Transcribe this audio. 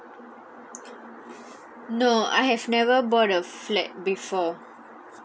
no I have never bought a flat before